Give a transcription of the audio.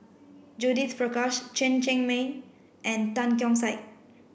Judith Prakash Chen Cheng Mei and Tan Keong Saik